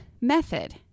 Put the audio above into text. method